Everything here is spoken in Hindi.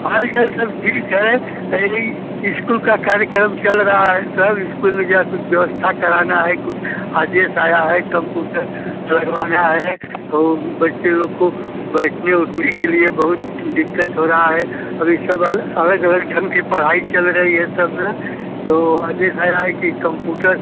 हाल चाल सब ठीक है यही इस्कूल का कार्यक्रम चल रहा है सर इस्कूल में जा कुछ व्यवस्था कराना है कुछ आदेश आया है कम्प्यूटर लगवाना है बच्चे लोग को बैठने उठने के लिए बहुत दिक्कत हो रही है अभी सब अल अलग अलग जवाल ढंग से पढ़ाई चल रही है सर ना तो आदेश आ रहा है कि कम्प्यूटर